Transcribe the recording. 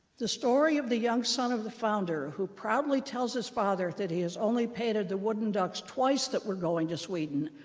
the story of the young son of the founder who proudly tells his father that he has only painted the wooden ducks twice that we're going to sweden,